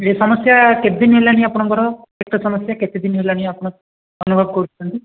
ଏହି ସମସ୍ୟା କେତେ ଦିନ ହେଲାଣି ଆପଣଙ୍କର ପେଟ ସମସ୍ୟା କେତେ ଦିନ ହେଲାଣି ଆପଣ ଅନୁଭବ କରୁଛନ୍ତି